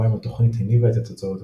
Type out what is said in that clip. אם התוכנית הניבה את התוצאות הצפויות.